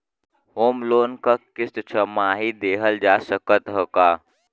Home loan क किस्त छमाही देहल जा सकत ह का?